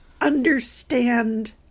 understand